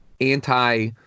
anti